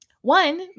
One